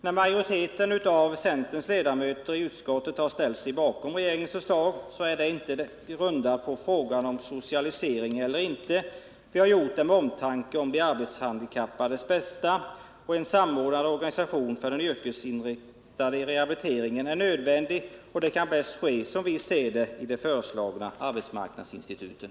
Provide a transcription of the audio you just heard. När majoriteten av centerns ledamöter i utskottet har ställt sig bakom regeringens förslag är det inte grundat på frågan om socialisering eller inte socialisering. Vi har gjort det för de handikappades bästa. En samordnad organisation för en yrkesinriktad rehabilitering är nödvändig, och det kan som vi ser det bäst ske i de föreslagna arbetsmarknadsinstituten.